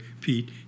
Pete